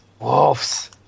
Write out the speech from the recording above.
Wolves